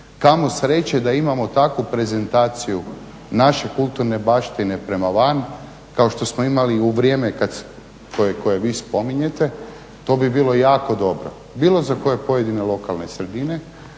Kamo sreće da imamo takvu prezentaciju naše kulturne baštine prema van kao što smo imali i u vrijeme koje vi spominjete. To bi bilo jako dobro bilo za koje pojedine lokalne sredine,